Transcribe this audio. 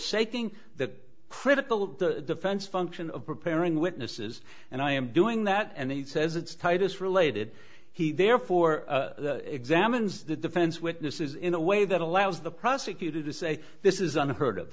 saking the critical the fence function of preparing witnesses and i am doing that and he says it's titus related he therefore examines the defense witnesses in a way that allows the prosecutor to say this is unheard of